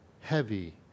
heavy